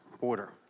order